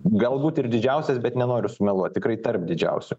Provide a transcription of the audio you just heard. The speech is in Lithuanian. galbūt ir didžiausias bet nenoriu sumeluot tikrai tarp didžiausių